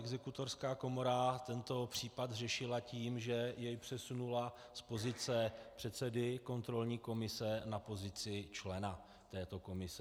Exekutorská komora tento případ řešila tím, že jej přesunula z pozice předsedy kontrolní komise na pozici člena této komise.